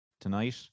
tonight